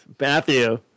Matthew